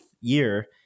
year